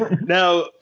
Now